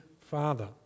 father